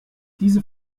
diese